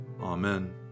Amen